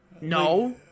No